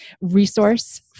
resource